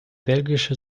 belgische